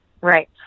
right